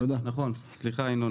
נכון, ניסינו, סליחה ינון.